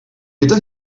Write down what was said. gyda